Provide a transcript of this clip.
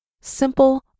Simple